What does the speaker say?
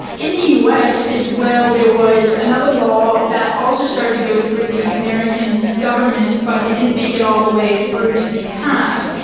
in the us as well there was another law that also started to go through the american government but it didn't make it all the way through to be passed,